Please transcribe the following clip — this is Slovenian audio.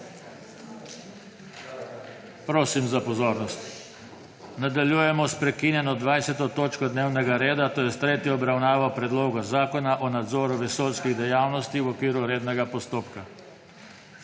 Prosim za pozornost! Nadaljujemo s prekinjeno20. točko dnevnega reda, to je s tretjo obravnavo Predloga zakona o nadzoru vesoljskih dejavnosti v okviru rednega postopka.